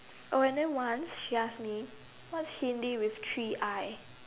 oh and then once she ask me what is Hindi with three I